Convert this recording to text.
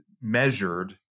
measured